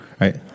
right